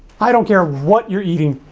i don't care what you're eating.